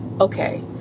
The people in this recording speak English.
Okay